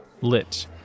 lit